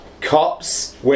Cops